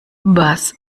was